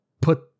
put